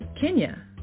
Kenya